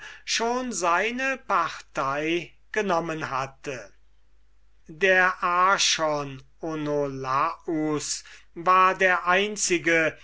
schon seine partei genommen hatte der archon onolaus war der einzige